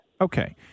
Okay